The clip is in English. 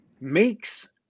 makes